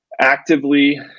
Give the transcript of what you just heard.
Actively